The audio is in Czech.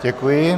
Děkuji.